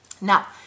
Now